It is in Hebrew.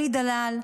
אלי דלל,